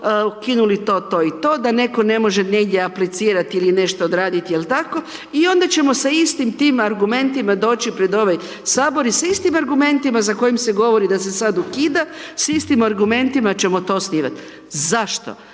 ukinulo to, to i to, da netko ne može negdje aplicirati ili nešto odraditi ili tako i onda ćemo sa istim tim argumentima doći pred ovaj Sabor i sa istim argumentima za kojim se govori da se sad ukida, sa istim argumentima ćemo to osnivat. Zašto?